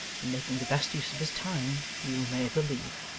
and making the best use of his time, you may believe.